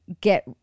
get